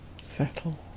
settle